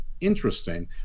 interesting